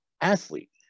athlete